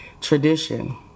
tradition